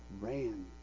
ran